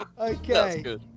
Okay